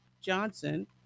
Johnson